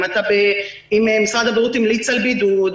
אם משרד הבריאות המליץ על בידוד,